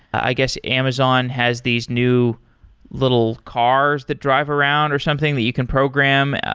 i guess amazon has these new little cars that drive around or something that you can program.